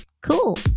Cool